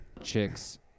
chicks